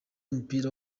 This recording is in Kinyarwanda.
w’umupira